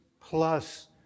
plus